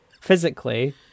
physically